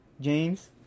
James